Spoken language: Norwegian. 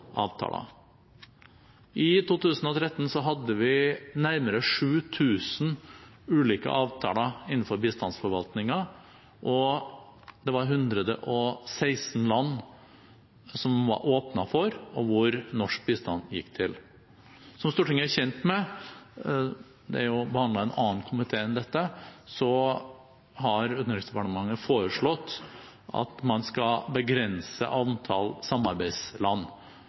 avtaler. I 2013 hadde vi nærmere 7 000 ulike avtaler innenfor bistandsforvaltningen, og det var 116 land som norsk bistand gikk til. Som Stortinget er kjent med – det er behandlet i en annen komité – så har Utenriksdepartementet foreslått at man skal begrense antall samarbeidsland.